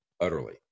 utterly